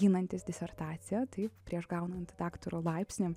ginantis disertaciją taip prieš gaunant daktaro laipsnį